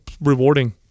rewarding